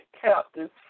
captives